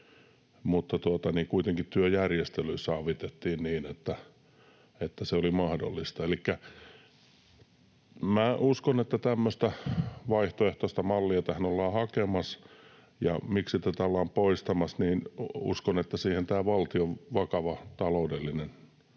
mutta kuitenkin työjärjestelyissä avitettiin niin, että se oli mahdollista. Elikkä minä uskon, että tämmöistä vaihtoehtoista mallia tähän ollaan hakemassa. Ja miksi tätä ollaan poistamassa, niin uskon, että siihen tämä valtion vakava, heikko taloudellinen